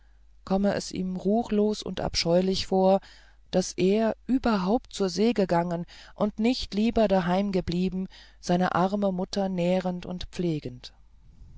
komme es ihm ruchlos und abscheulich vor daß er überhaupt zur see gegangen und nicht lieber daheim geblieben seine arme mutter nährend und pflegend